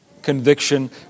Conviction